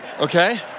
okay